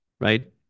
right